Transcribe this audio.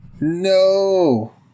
no